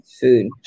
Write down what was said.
food